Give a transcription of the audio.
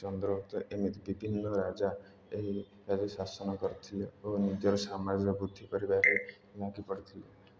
ଚନ୍ଦ୍ରଗୁପ୍ତ ଏମିତି ବିଭିନ୍ନ ରାଜା ଏହି ଠାରେ ଶାସନ କରିଥିଲେ ଓ ନିଜର ସାମ୍ରାଜ୍ୟ ବୃଦ୍ଧି କରିବାରେ ଲାଗି ପଡ଼ିଥିଲେ